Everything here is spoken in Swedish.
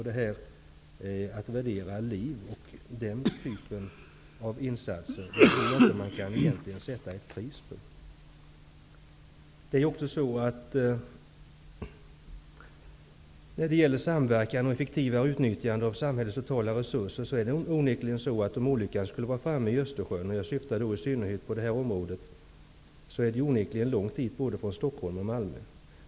Det går egentligen inte att värdera liv och att sätta ett pris på den typen av insatser i dessa sammanhang. Vid samverkan och effektivt utnyttjande av samhällets totala resurser är det onekligen så att om olyckan skulle vara framme i Östersjön -- jag syftar då i synnerhet på just nämnda område -- är det långt dit såväl från Stockholm som från Malmö.